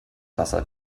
wasser